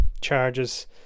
charges